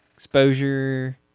exposure